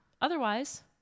Otherwise